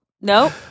no